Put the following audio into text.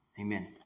Amen